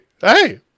Hey